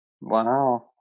wow